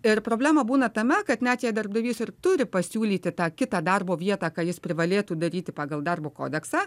ir problema būna tame kad net jei darbdavys ir turi pasiūlyti tą kitą darbo vietą ką jis privalėtų daryti pagal darbo kodeksą